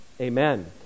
amen